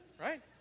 right